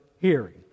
hearing